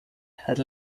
had